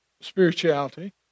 spirituality